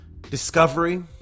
discovery